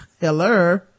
hello